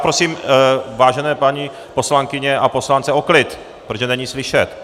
Prosím vážené paní poslankyně a poslance o klid, protože není slyšet.